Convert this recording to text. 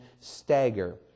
stagger